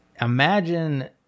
Imagine